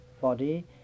body